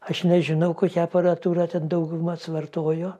aš nežinau kokia aparatūra ten daugumas vartojo